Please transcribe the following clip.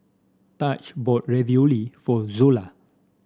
Taj bought Ravioli for Zola